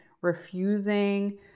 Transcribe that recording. refusing